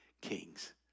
kings